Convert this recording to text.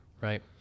right